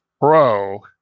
Pro